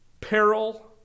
Peril